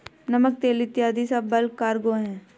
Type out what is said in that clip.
नमक, तेल इत्यादी सब बल्क कार्गो हैं